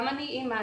גם אני אמא,